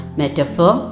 metaphor